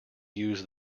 use